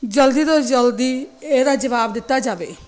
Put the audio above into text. ਜਲਦੀ ਤੋਂ ਜਲਦੀ ਇਹਦਾ ਜਵਾਬ ਦਿੱਤਾ ਜਾਵੇ